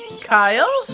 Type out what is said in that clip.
Kyle